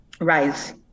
rise